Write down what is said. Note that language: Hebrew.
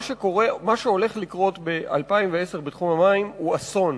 מה שהולך לקרות ב-2010 בתחום המים הוא אסון.